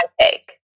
take